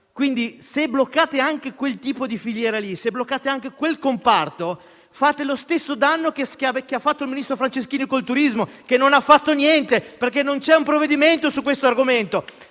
Se bloccate anche quel tipo di filiera, se bloccate anche quel comparto, fate lo stesso danno che ha fatto il ministro Franceschini con il turismo, il quale non ha fatto niente, perché non c'è un provvedimento su questo argomento.